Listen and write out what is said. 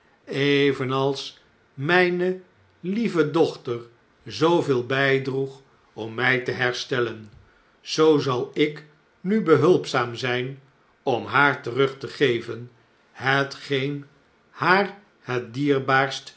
mijne lieve dochter zooveel bijdroeg om my te herstellen zoo zal ik nu behulpzaam zijn om haar terug te geven hetgeen haar het dierbaarst